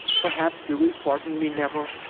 perhaps you will pardon me never!